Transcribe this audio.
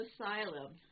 asylum